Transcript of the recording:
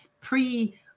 pre-